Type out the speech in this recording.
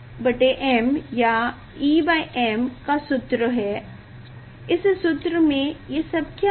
यह qm या em का सूत्र है इस सूत्र में ये सब क्या हैं